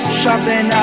shopping